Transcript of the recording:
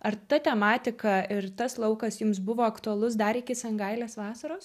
ar ta tematika ir tas laukas jums buvo aktualus dar iki sangailės vasaros